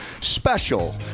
special